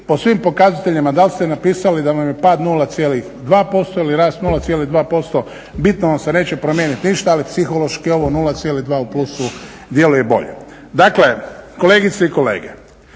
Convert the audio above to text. po svim pokazateljima da li ste napisali da vam je pad 0,2% ili rast 0,2% bitno vam se neće promijeniti ništa ali psihološki ovo 0,2 u plusu djeluje bolje. Dakle, kolegice i kolege